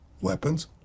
weapons